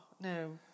no